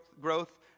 growth